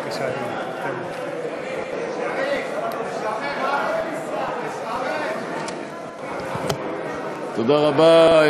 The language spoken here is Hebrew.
גברתי היושבת-ראש, תודה רבה,